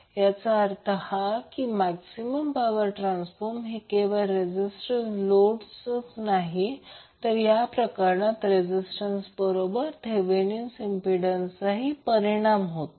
याचा अर्थ maximum power transfer हे केवळ रेझीस्टंस लोड याचाच अर्थ या प्रकरणात रेझीस्टंस बरोबर थेवेनिन इम्पिडंसचा परिमाण असेल